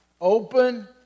Open